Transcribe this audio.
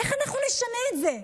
איך אנחנו נשנה את זה?